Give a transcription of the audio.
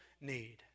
need